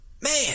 man